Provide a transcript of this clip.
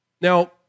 Now